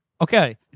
okay